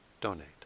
donate